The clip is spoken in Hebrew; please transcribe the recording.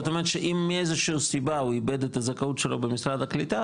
זאת אומרת שאם מאיזושהי סיבה הוא איבד את הזכאות שלו במשרד הקליטה,